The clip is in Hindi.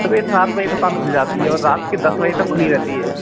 सुबह सात बजे दुकान खुल जाती है और रात की दस बजे तक खुली रहती है